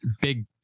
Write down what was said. big